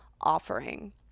offering